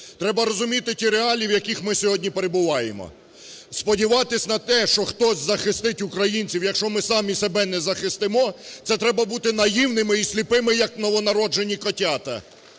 Треба розуміти ті реалії, в яких ми сьогодні перебуваємо. Сподіватись на те, що хтось захистить українців, якщо ми самі себе не захистимо це треба бути наївними і сліпими як новонароджені котята.